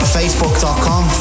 facebook.com